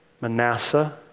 Manasseh